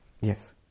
yes